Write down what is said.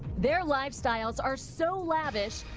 their lifestyles are so lavish,